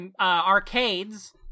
arcades